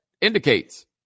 indicates